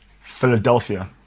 Philadelphia